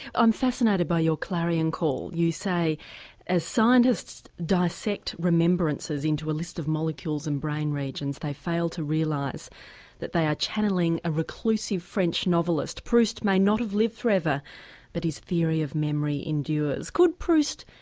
i'm fascinated by your clarion call you say as scientists dissect remembrances into a list of molecules and brain regions they fail to realise that they are channelling a reclusive french novelist. proust may not have lived forever but his theory of memory endures. could proust,